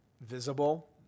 visible